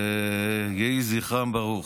יהי זכרם ברוך.